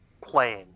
playing